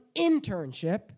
internship